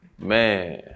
man